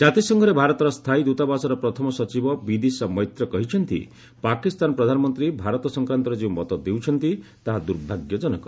ଜାତିସଂଘରେ ଭାରତର ସ୍ଥାୟୀ ଦ୍ୱତାବାସର ପ୍ରଥମ ସଚିବ ବିଦିଶା ମୈତ୍ର କହିଛନ୍ତି ପାକିସ୍ତାନ ପ୍ରଧାନମନ୍ତ୍ରୀ ଭାରତ ସଂକ୍ରାନ୍ତରେ ଯେଉଁ ମତ ଦେଉଛନ୍ତି ତାହା ଦୂର୍ଭାଗ୍ୟଜନକ